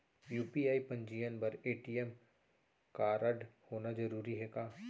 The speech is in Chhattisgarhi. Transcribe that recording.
यू.पी.आई पंजीयन बर ए.टी.एम कारडहोना जरूरी हे का?